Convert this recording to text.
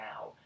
now